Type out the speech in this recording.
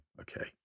okay